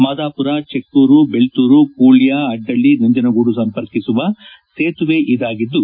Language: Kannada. ಮಾದಾಪುರ ಚಿಕ್ಕೂರು ಬೆಳ್ತೂರು ಕೂಳ್ಳ ಅಡ್ಡಳ್ಳ ನಂಜನಗೂಡು ಸಂಪರ್ಕಿಸುವ ಸೇತುವೆ ಇದಾಗಿದ್ದು